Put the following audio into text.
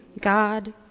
God